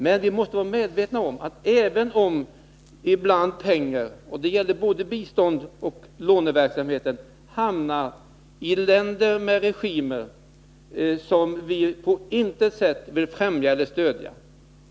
Men vi måste vara medvetna om att pengar — det gäller både biståndet och låneverksamheten — ibland hamnar i länder med regimer som vi på intet sätt vill främja eller stödja.